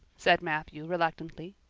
said matthew reluctantly.